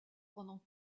pendant